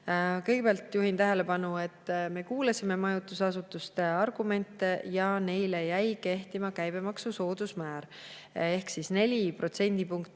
Kõigepealt juhin tähelepanu, et me kuulasime majutusasutuste argumente ja neile jäi kehtima käibemaksu soodusmäär ehk soodusmäär